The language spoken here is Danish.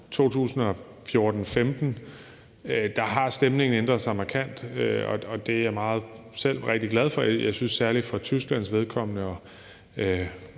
sige, at der har stemningen ændret sig markant, og det er jeg selv rigtig glad for. Jeg synes særlig, at man for Tysklands vedkommende, og